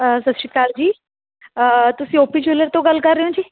ਸਤਿ ਸ਼੍ਰੀ ਅਕਾਲ ਜੀ ਤੁਸੀਂ ਓ ਪੀ ਜਿਊਲਰ ਤੋਂ ਗੱਲ ਕਰ ਰਹੇ ਹੋ ਜੀ